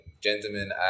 Gentlemen